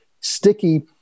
sticky